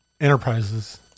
Enterprises